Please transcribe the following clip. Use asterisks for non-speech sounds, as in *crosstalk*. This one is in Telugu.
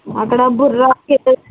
అక్కడ గుర్రాలు *unintelligible*